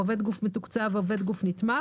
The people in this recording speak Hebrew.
"עובד גוף מתוקצב" ו"עובד גוף נתמך"